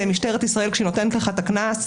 משטרת ישראל כשהיא נותנת לך את הקנס,